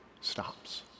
stops